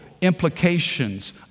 implications